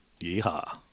Yeehaw